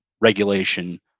regulation